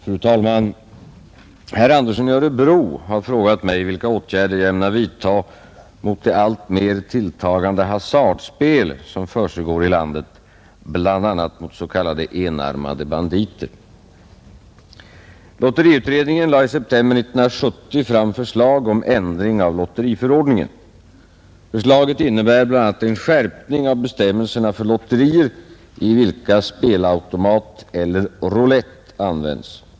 Fru talman! Herr Andersson i Örebro har frågat mig vilka åtgärder jag ämnar vidtaga mot det alltmer tilltagande hasardspel som försiggår i landet, bl.a. med s.k. enarmade banditer. Lotteriutredningen lade i september 1970 fram förslag om ändring av lotteriförordningen. Förslaget innebär bl.a. en skärpning av bestämmelserna för lotterier, i vilka spelautomat eller roulett används.